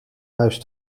huis